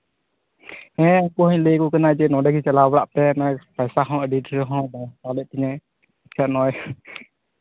ᱦᱮᱸ ᱩᱱᱠᱩ ᱦᱚᱧ ᱞᱟᱹᱭ ᱟᱠᱚ ᱠᱟᱱᱟ ᱡᱮ ᱱᱚᱸᱰᱮ ᱜᱮ ᱪᱟᱞᱟᱣ ᱵᱟᱲᱟᱜ ᱯᱮ ᱱᱚᱜᱼᱚᱭ ᱯᱚᱭᱥᱟ ᱦᱚᱸ ᱟᱹᱰᱤ ᱰᱷᱮᱨ ᱵᱟᱭ ᱦᱟᱛᱟᱣ ᱞᱮᱫ ᱛᱤᱧᱟᱭ ᱥᱮ ᱱᱚᱜᱼᱚᱭ